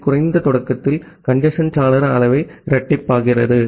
B குறைந்த ஸ்டார்ட்த்தில் congestion சாளர அளவை இரட்டிப்பாக்குகிறோம்